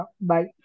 Bye